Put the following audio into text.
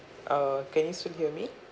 uh can you still hear me